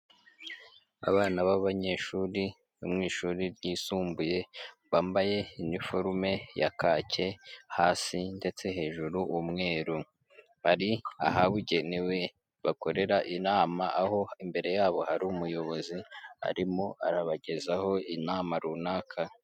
Abana b'abanyeshuri bo mu ishuri ryisumbuye, bambaye iniforume ya kake hasi ndetse hejuru umweru, bari ahabugenewe bakorera inama, aho imbere yabo hari umuyobozi, arimo arabagezaho inama runaka.